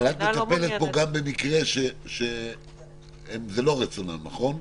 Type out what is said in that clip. אבל את מטפלת פה גם במקרה שזה לא רצונם, נכון?